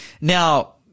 Now